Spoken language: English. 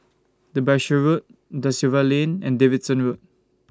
Derbyshire Road DA Silva Lane and Davidson Road